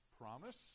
promise